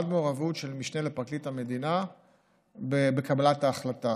עד למעורבות של המשנה לפרקליט המדינה בקבלת ההחלטה.